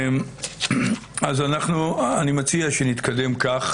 אני מציע שנתקדם כך